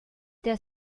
der